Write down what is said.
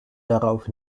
darauf